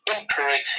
imperative